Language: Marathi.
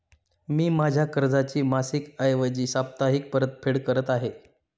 मी माझ्या कर्जाची मासिक ऐवजी साप्ताहिक परतफेड करत आहे